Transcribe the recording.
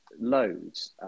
Loads